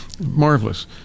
marvelous